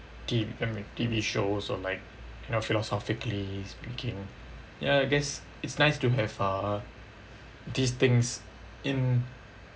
T I mean T_V shows or like you know philosophically speaking ya I guess it's nice to have uh these things in